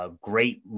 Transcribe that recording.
great